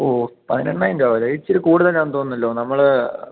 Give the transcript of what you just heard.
ഓ പതിനെണ്ണായിരം രൂപ വരുമോ അതിച്ചിരി കൂടുതലാണ് തോന്നുന്നല്ലോ നമ്മൾ